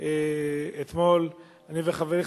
אתמול אני וחברי,